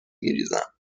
میریزم